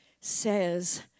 says